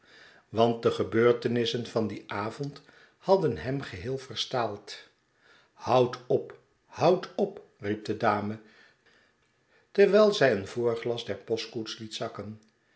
want de gebeurtenissen van dien avond hadden hem geheel verstaald houdt op houdt op riep de dame terwijl zij een voorglas der postkoets liet zakken